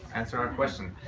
answer our question.